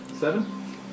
Seven